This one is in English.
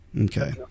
Okay